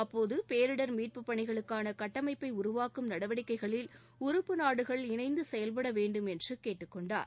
அப்போது பேரிடர் மீட்பு பணிகளுக்கான கட்டமைப்பை உருவாக்கும் நடவடிக்கைகளில் உறுப்பு நாடுகள் இணைந்து செயல்படவேண்டும் என்று கேட்டுக்கொண்டார்